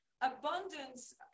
abundance